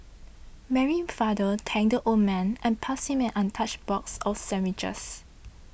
Mary's father thanked the old man and passed him an untouched box of sandwiches